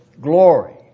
glory